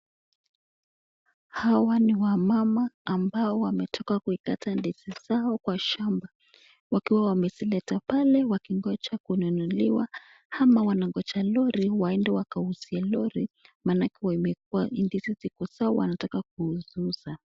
Hawa ni wamama ambao wametika kukata ndizi zao Kwa shamba kwakiwa wamesileta pale wakingoa kununuliwa ama wanangija lori ili wauzie Lori maana wakiwa wanataka kuuzauza.